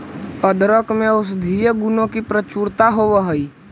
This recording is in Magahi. अदरक में औषधीय गुणों की प्रचुरता होवअ हई